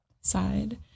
side